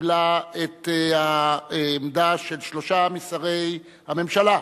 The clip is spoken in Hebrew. קיבלה את העמדה של שלושה משרי הממשלה,